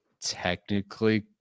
technically